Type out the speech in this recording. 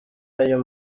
ayo